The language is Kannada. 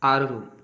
ಆರು